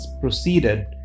proceeded